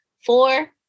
Four